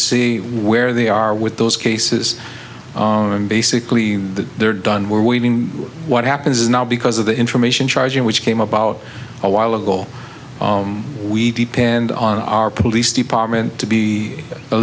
see where they are with those cases and basically they're done where we've been what happens is now because of the information charging which came about a while ago we depend on our police department to be a